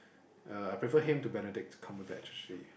uh I prefer him to Benedict-Cumberbatch actually